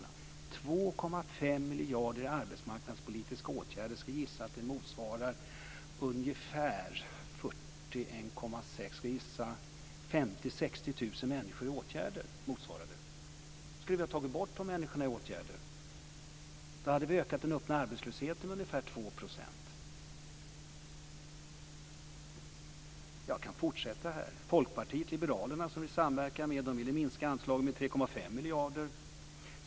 Jag skulle gissa att 2,5 miljarder i arbetsmarknadspolitiska åtgärder motsvarar 50 000-60 000 människor i åtgärder. Skulle vi ha tagit bort detta antal människor i åtgärder? Då hade vi ökat den öppna arbetslösheten med ungefär 2 %. Jag kan fortsätta. Folkpartiet liberalerna, som ni samverkar med, ville minska anslagen med 3,5 miljarder.